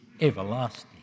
everlasting